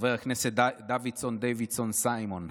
חבר הכנסת דוידסון סימון,